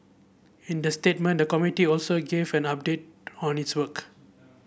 in the statement the committee also gave an update on its work